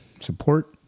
support